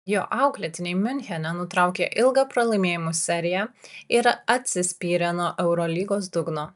jo auklėtiniai miunchene nutraukė ilgą pralaimėjimų seriją ir atsispyrė nuo eurolygos dugno